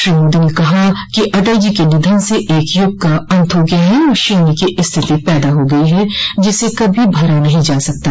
श्री मोदी ने कहा कि अटल जी के निधन से एक युग का अंत हो गया है और शून्य की स्थिति पैदा हो गई है जिसे कभी भरा नहीं जा सकता